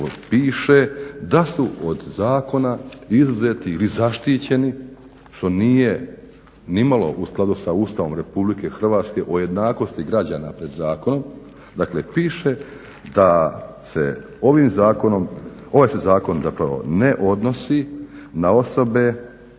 piše da su od zakona izuzeti ili zaštićeni što nije ni malo u skladu sa Ustavom Republike Hrvatske o jednakosti građana pred zakonom. Dakle, piše da se ovim zakonom, ovaj se zakon zapravo ne odnosi na osobe